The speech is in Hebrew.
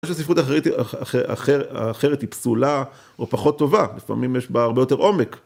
לא שספרות אחרת היא פסולה או פחות טובה, לפעמים יש בה הרבה יותר עומק.